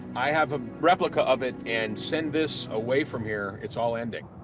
i have a replica of it, and send this away from here. it's all ending.